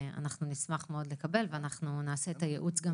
אנחנו נשמח מאוד לקבל ואנחנו נעשה את הייעוץ גם